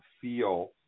feel